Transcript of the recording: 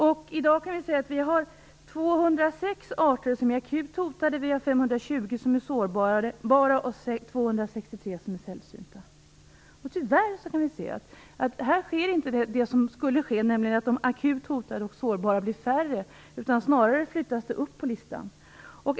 I dag finns det 206 arter som är akut hotade, 520 som är sårbara och 263 som är sällsynta. Tyvärr är det inte så att de akut hotade och sårbara blir färre. Det är snarare så att fler flyttas upp på listan.